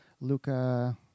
Luca